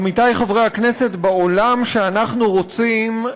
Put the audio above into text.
עמיתי חברי הכנסת, בעולם שאנחנו רוצים,